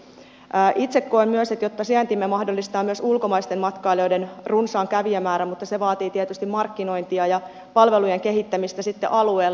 itse koen myös että sijaintimme mahdollistaa myös ulkomaisten matkailijoiden runsaan kävijämäärän mutta se vaatii tietysti markkinointia ja palvelujen kehittämistä alueella